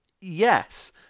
Yes